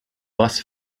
las